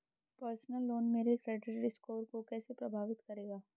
Personal loan मेरे credit score को कैसे प्रभावित करेगा?